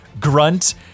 grunt